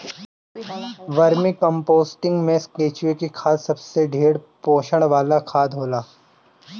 vermi composting में केचुआ के खाद सबसे ढेर पोषण वाला खाद होला